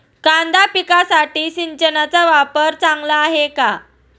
कांदा पिकासाठी सिंचनाचा वापर चांगला आहे का?